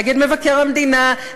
נגד מבקר המדינה,